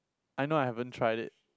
I know I haven't tried it